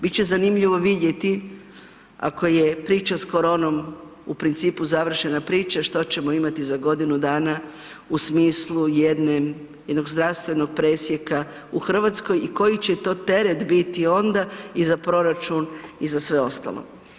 Bit će zanimljivo vidjeti ako je priča s koronom u principu završena priča što ćemo imati za godinu dana u smislu jednog zdravstvenog presjeka u Hrvatskoj i koji će to teret biti onda i za proračun i za sve ostalo.